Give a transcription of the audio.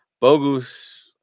Bogus